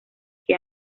que